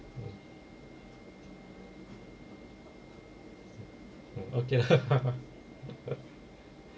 mm okay